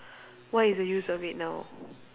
what is the use of it now